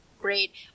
great